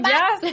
Yes